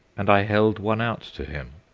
and i held one out to him,